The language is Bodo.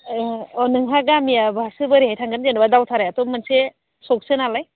अ नोंहा गामिया बासजों बोरैहाय थांगोन जेनेबा दावधारायाथ' मोनसे चकसो नालाय